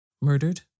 Murdered